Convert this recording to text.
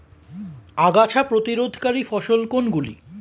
আগাছা প্রতিরোধকারী ফসল কোনগুলি?